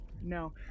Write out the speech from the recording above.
No